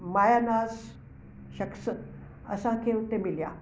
मायानास शख़्स असांखे हुते मिलिया